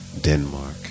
denmark